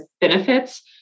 benefits